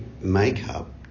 makeup